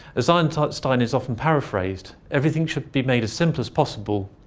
as einstein is often paraphrased everything should be made as simple as possible,